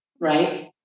right